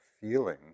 feeling